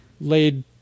laid